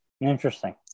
Interesting